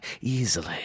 easily